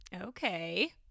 Okay